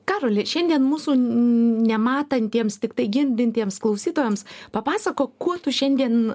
karoli šiandien mūsų nematantiems tiktai girdintiems klausytojams papasakok kuo tu šiandien